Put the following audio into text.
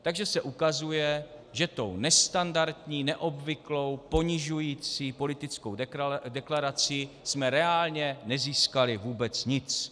Takže se ukazuje, že tou nestandardní, neobvyklou, ponižující politickou deklarací jsme reálně nezískali vůbec nic.